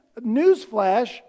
newsflash